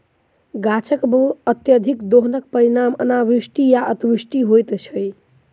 गाछकअत्यधिक दोहनक परिणाम अनावृष्टि आ अतिवृष्टि होइत छै